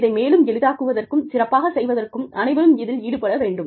இதை மேலும் எளிதாக்குவதற்கும் சிறப்பாகச் செய்வதற்கும் அனைவரும் இதில் ஈடுபட வேண்டும்